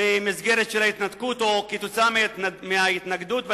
במסגרת ההתנתקות או בגלל ההתנגדות,